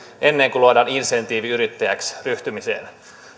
ennen kuin luodaan insentiivi yrittäjäksi ryhtymiseen